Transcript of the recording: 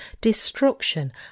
destruction